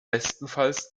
bestenfalls